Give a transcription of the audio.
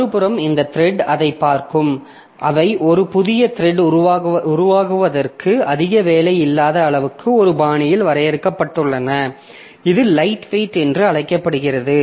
மறுபுறம் இந்த த்ரெட் அதைப் பார்க்கும் அவை ஒரு புதிய த்ரெட் உருவாக்குவதற்கு அதிக வேலை இல்லாத அளவுக்கு ஒரு பாணியில் வரையறுக்கப்பட்டுள்ளன இது லைட்வெயிட் என்று அழைக்கப்படுகிறது